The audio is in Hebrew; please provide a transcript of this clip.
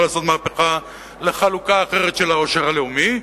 לעשות מהפכה לחלוקה אחרת של העושר הלאומי,